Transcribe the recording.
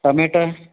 tomato